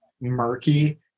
murky